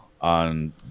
on